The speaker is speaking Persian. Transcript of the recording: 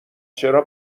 چرا